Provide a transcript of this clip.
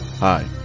Hi